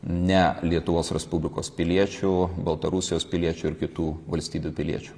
ne lietuvos respublikos piliečių baltarusijos piliečių ir kitų valstybių piliečių